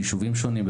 ביישובים שונים,